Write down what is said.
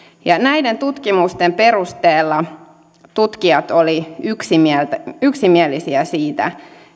näiden tutkimusten perusteella tutkijat olivat yksimielisiä yksimielisiä siitä